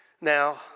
Now